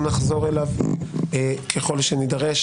אנחנו נחזור אליו ככל שנידרש.